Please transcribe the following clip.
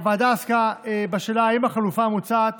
הוועדה עסקה רבות בשאלה אם החלופה המוצעת